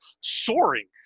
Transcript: soaring